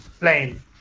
plane